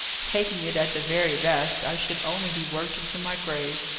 taking it at the very best, i should only be worked into my grave.